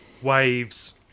Waves